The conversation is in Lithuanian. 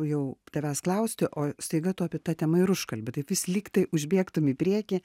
jau tavęs klausti o staiga tu ta tema ir užkalbi taip vis lygtai užbėgtum į priekį